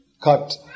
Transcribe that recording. cut